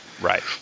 Right